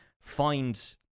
find